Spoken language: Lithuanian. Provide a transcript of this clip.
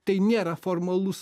tai nėra formalus